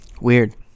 Weird